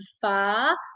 far